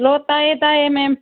hello ꯇꯥꯏꯌꯦ ꯇꯥꯏꯌꯦ ꯃꯦꯝ